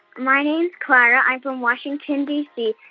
my name's clara. i'm from washington, d c.